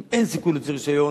אם אין סיכוי להוציא רשיון,